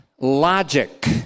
logic